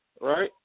right